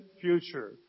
future